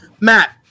Matt